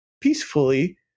peacefully